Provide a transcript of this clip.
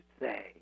say